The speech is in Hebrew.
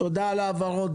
תודה על ההבהרות.